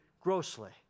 grossly